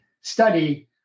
study